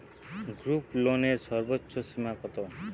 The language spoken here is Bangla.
গ্রুপলোনের সর্বোচ্চ সীমা কত?